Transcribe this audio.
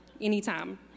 anytime